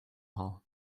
hall